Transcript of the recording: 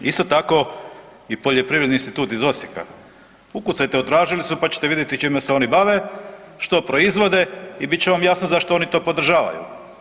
Isto tako i Poljoprivredni institut iz Osijeka, ukucajte u tražilicu pa ćete vidjeti čime se oni bave, što proizvode i bit će vam jasno zašto oni to podržavaju.